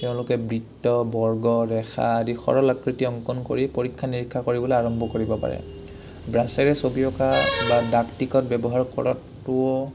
তেওঁলোকে বৃত্ত বৰ্গ ৰেখা আদি সৰলাকৃতি অংকন কৰি পৰীক্ষা নিৰীক্ষা কৰিবলৈ আৰম্ভ কৰিব পাৰে ব্ৰাছেৰে ছবি অঁকা বা ডাক টিকট ব্যৱহাৰ কৰাতোও